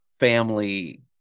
family